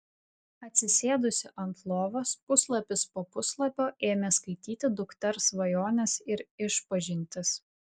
atsisėdusi ant lovos puslapis po puslapio ėmė skaityti dukters svajones ir išpažintis